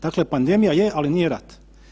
Dakle, pandemija je, ali nije rat.